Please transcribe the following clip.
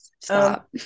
Stop